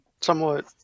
Somewhat